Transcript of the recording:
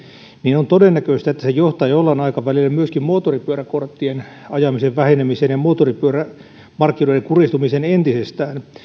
niin on todennäköistä että se johtaa jollain aikavälillä myöskin moottoripyöräkorttien ajamisen vähenemiseen ja moottoripyörämarkkinoiden kurjistumiseen entisestään